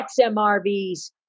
XMRVs